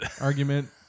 Argument